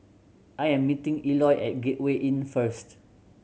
I am meeting Eloy at Gateway Inn first